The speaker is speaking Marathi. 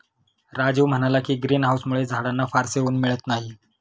राजीव म्हणाला की, ग्रीन हाउसमुळे झाडांना फारसे ऊन मिळत नाही